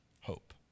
hope